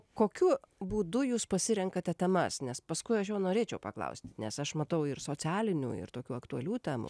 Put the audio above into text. kokiu būdu jūs pasirenkate temas nes paskui aš norėčiau paklausti nes aš matau ir socialinių ir tokių aktualių temų